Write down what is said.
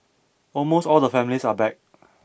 almost all the families are back